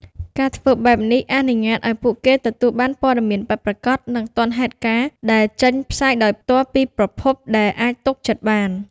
ការធ្វើបែបនេះអនុញ្ញាតឲ្យពួកគេទទួលបាន ព័ត៌មានពិតប្រាកដ និងទាន់ហេតុការណ៍ ដែលចេញផ្សាយដោយផ្ទាល់ពីប្រភពដែលអាចទុកចិត្តបាន។